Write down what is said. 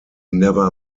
never